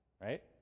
right